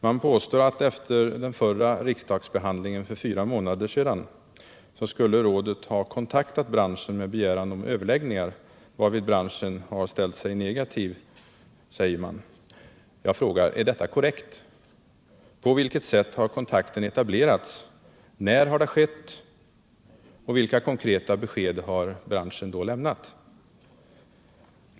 Man påstår att efter den förra riksdagsbehandlingen för fyra månader sedan skulle rådet ha kontaktat branschen med begäran om överläggningar, varvid branschen ställde sig negativ. Jag frågar: Är detta korrekt? På vilket sätt har kontakten etablerats? När har det skett? Vilka konkreta besked har branschen lämnat?